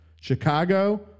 Chicago